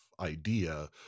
idea